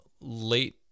late